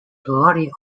bloody